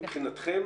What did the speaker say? מבחינתכם